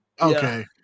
Okay